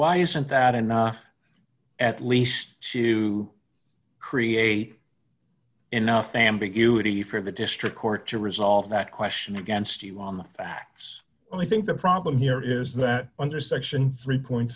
why isn't that six enough at least to create enough ambiguity for the district court to resolve that question against you on the facts only think the problem here is that under section three